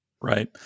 Right